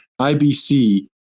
IBC